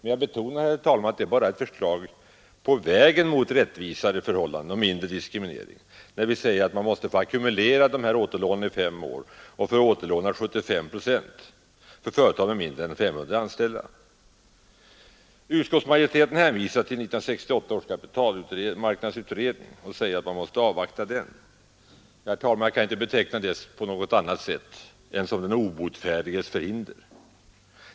Jag betonar, herr talman, att det bara är steg på vägen mot mera rättvisa förhållanden och mindre diskriminering av småföretagen, när vi säger att småföretag med mindre än 500 anställda måste få ackumulera avgifter i fem år och få återlån på upp till 75 procent. Utskottsmajoriteten hänvisar till 1968 års kapitalmarknadsutredning och säger att man måste avvakta dess arbete. Jag kan inte, herr talman, beteckna detta som något annat än den obotfärdiges förhinder.